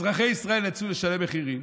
אזרחי ישראל נאלצו לשלם מחירים.